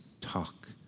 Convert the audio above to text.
talk